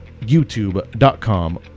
youtube.com